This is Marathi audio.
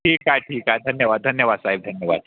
ठीक आहे ठीक आहे धन्यवाद धन्यवाद साहेब धन्यवाद